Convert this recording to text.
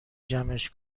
جمعش